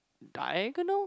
diagonal